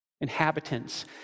inhabitants